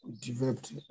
developed